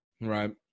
right